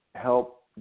help